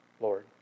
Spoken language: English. Lord